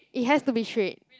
it has to be straight